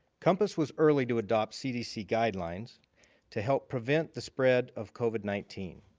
compass was early to adopt cdc guidelines to help prevent the spread of covid nineteen.